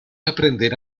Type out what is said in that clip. aprender